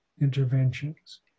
interventions